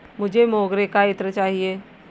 मुझे मोगरे का इत्र चाहिए